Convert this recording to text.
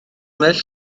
well